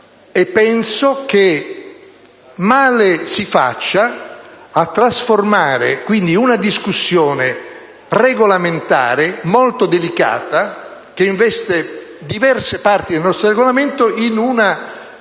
penso che male si faccia a trasformare una discussione regolamentare molto delicata, che investe diverse parti del nostro Regolamento, in una